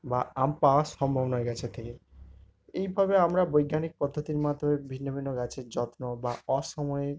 বা আম পাওয়ার সম্ভব নয় গাছের থেকে এইভাবে আমরা বৈজ্ঞানিক পদ্ধতির মাধ্যমে ভিন্ন ভিন্ন গাছের যত্ন বা অসময়ে